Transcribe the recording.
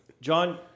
John